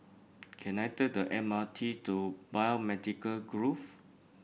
can I take the M R T to Biomedical Grove